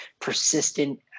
persistent